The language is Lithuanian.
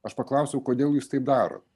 aš paklausiau kodėl jūs taip darot